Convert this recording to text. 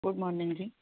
good morning ਜੀ